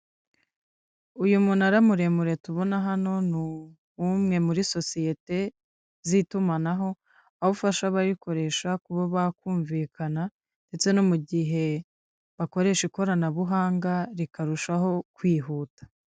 Uyu munara muremure tubona hano ni uw'umwe muri sosiyete z'itumanaho, aho ufasha abayikoresha kuba bakumvikana ndetse no mu gihe bakoresha ikoranabuhanga rikarushaho kwihuta.